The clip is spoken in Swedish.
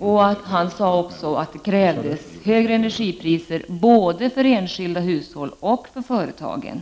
inte ökar i omfattning. Finansministern sade också att det krävs högre energipriser för både enskilda hushåll och företag.